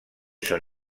son